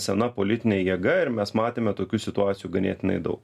sena politinė jėga ir mes matėme tokių situacijų ganėtinai daug